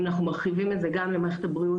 אם אנחנו מרחיבים את זה גם למערכת הבריאות